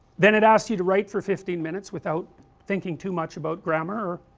then it asks you to write for fifteen minutes without thinking too much about grammer